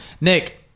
Nick